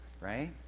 right